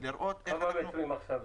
כמה מטרים עכשיו?